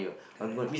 correct